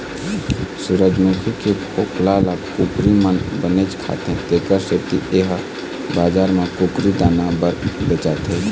सूरजमूखी के फोकला ल कुकरी मन बनेच खाथे तेखर सेती ए ह बजार म कुकरी दाना बर बेचाथे